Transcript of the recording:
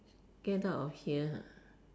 get out of here ah